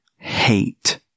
hate